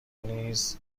نیز